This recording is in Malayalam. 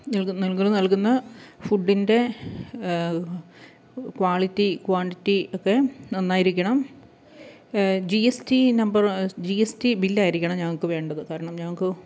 നിങ്ങൾക്ക് നിങ്ങള് നൽകുന്ന ഫുഡിൻ്റെ ക്വാളിറ്റി ക്വാണ്ടിറ്റി ഒക്കെ നന്നായിരിക്കണം G S T number G S T ബില്ലായിരിക്കണം ഞങ്ങള്ക്ക് വേണ്ടത് കാരണം ഞങ്ങള്ക്ക്